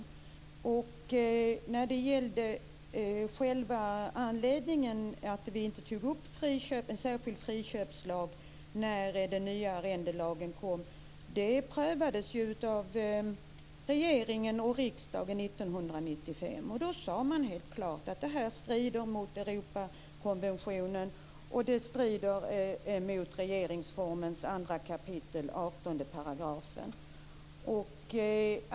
Anledningen till att vi inte aktualiserade en särskild friköpslag i samband med införandet av den nya arrendelagen var att detta prövades av regeringen och riksdagen 1995. Då uttalade man helt klart att detta strider mot Europakonventionen och mot regeringsformen 2 kap. 18 §.